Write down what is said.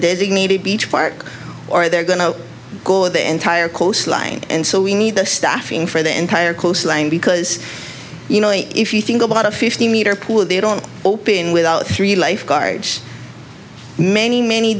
designated beach park or they're going to go the entire coastline and so we need the staffing for the entire coastline because you know if you think about a fifty meter pool they don't open without three lifeguards many many